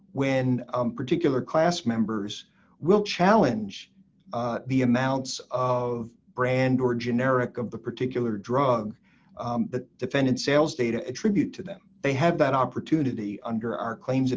when particular class members will challenge the amounts of brand or generic of the particular drug the defendant sales data attribute to them they have that opportunity under our claims